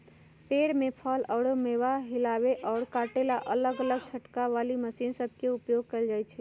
पेड़ से फल अउर मेवा हिलावे अउर काटे ला अलग अलग झटका वाली मशीन सब के उपयोग कईल जाई छई